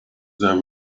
there